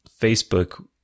Facebook